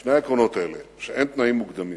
שני העקרונות האלה, שאין תנאים מוקדמים